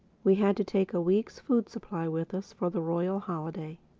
we had to take a week's food-supply with us for the royal holiday.